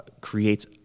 creates